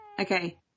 Okay